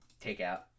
takeout